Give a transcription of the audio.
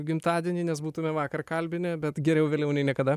gimtadienį nes būtume vakar kalbinę bet geriau vėliau nei niekada